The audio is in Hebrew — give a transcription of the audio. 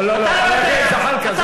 אתה לא יודע,